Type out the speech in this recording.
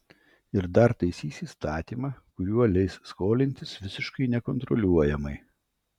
ir dar taisys įstatymą kuriuo leis skolintis visiškai nekontroliuojamai